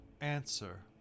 Answer